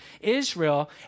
Israel